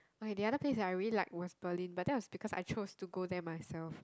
okay the other place that I really like was Berlin but that was because I chose to go there myself